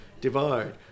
divide